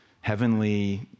heavenly